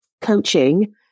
coaching